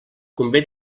convé